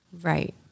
Right